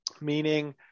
meaning